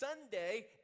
Sunday